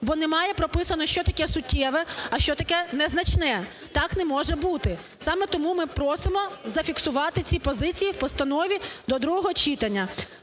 бо немає прописано, що таке "суттєве", а що таке "незначне". Так не може бути. Саме тому ми просимо зафіксувати ці позиції у постанові до другого читання.